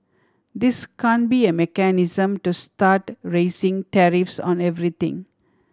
this can't be a mechanism to start raising tariffs on everything